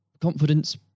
confidence